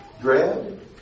dread